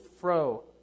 fro